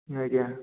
ଆଜ୍ଞା